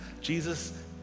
Jesus